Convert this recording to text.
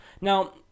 Now